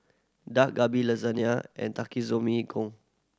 Dak Galbi Lasagne and Takikomi Gohan